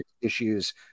issues